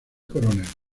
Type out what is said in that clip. coronel